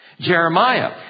Jeremiah